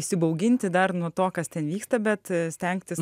įsibauginti dar nuo to kas ten vyksta bet stengtis